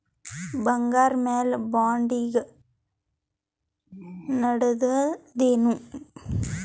ಬಂಗಾರ ಮ್ಯಾಲ ಬಾಂಡ್ ಈಗ ನಡದದೇನು?